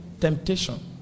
temptation